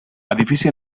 edifici